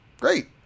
great